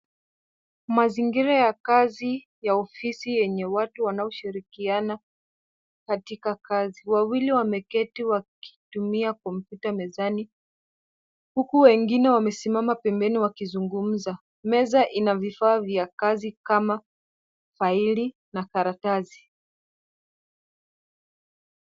Mazingira ya kazi ya ofisi yenye watu wanaoshirikiana katika kazi. Wawili wameketi wakitumia kompyuta mezani huku wengine wamesimama pembeni wakizungumza. Meza ina vifaa vya kazi kama faili na karatasi.